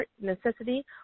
necessity